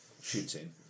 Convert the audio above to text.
shooting